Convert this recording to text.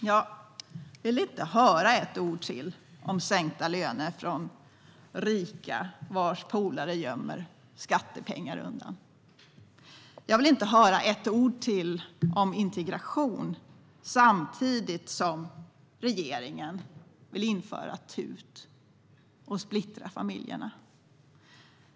Jag vill inte höra ett ord till om sänkta löner från rika personer vars polare gömmer undan skattepengar. Jag vill inte höra ett ord till om integration samtidigt som regeringen vill införa TUT och splittra familjer.